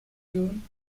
june